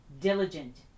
diligent